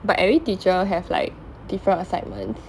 but every teacher have like different assignments